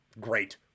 great